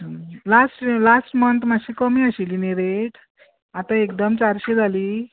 last last मन्त मातशी कमी आशिल्ली न्हय रेट आतां एकदम चारशीं जाली